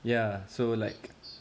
ya so like